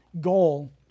goal